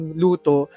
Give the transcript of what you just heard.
luto